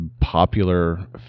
popular